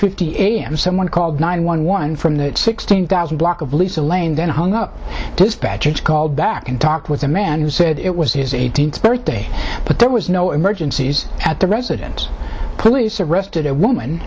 fifty a m someone called nine one one from the sixteen thousand block of lisa lane then hung up dispatcher called back and talked with the man who said it was his eighteenth birthday but there was no emergencies at the residence police arrested a woman